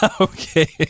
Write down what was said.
Okay